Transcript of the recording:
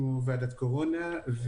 כמו ועדת קורונה,